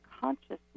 consciousness